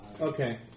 Okay